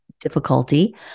difficulty